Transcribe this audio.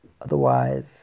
Otherwise